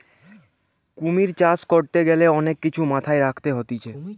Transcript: কুমির চাষ করতে গ্যালে অনেক কিছু মাথায় রাখতে হতিছে